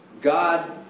God